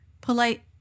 polite